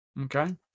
okay